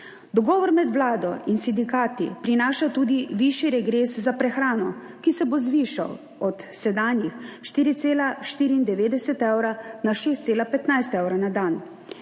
Dogovor med vlado in sindikati prinaša tudi višji regres za prehrano, ki se bo zvišal od sedanjih 4,94 evra na 6,15 evra na dan.